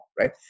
right